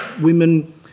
women